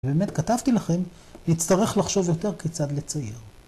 ‫ובאמת כתבתי לכם נצטרך ‫לחשוב יותר כיצד לציין.